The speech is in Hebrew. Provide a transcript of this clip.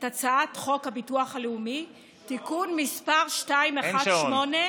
את הצעת חוק הביטוח הלאומי (תיקון מס' 218,